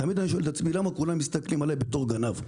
תמיד אני שואל את עצמי למה כולם מסתכלים עלי בתור גנב.